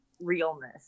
realness